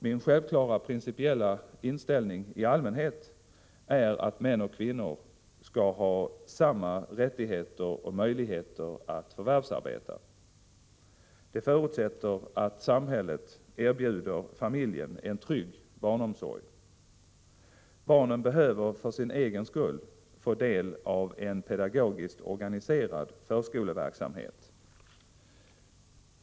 Min självklara principiella inställning i allmänhet är att män och kvinnor skall ha samma rättigheter och möjligheter att förvärvsarbeta. Det förutsätter att samhället erbjuder familjen en trygg barnomsorg. Barnen behöver för sin egen skull få del av en pedagogiskt organiserad förskoleverksamhet.